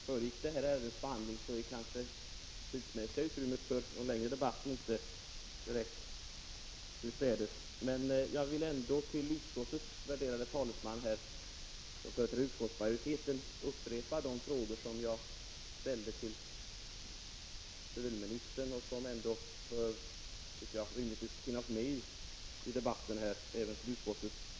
Fru talman! Efter den långa och delvis mycket animerade försvarsdebatt som föregick det här ärendets behandling är kanske det tidsmässiga utrymmet för någon längre debatt inte särskilt stort. Men jag vill ändå till utskottets värderade talesman, som företräder utskottsmajoriteten, upprepa de frågor som jag ställde till civilministern, och som jag tycker rimligtvis bör finnas med även i den här debatten.